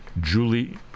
Julie